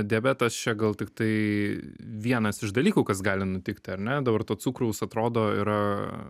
diabetas čia gal tiktai vienas iš dalykų kas gali nutikti ar ne dabar to cukraus atrodo yra